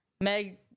meg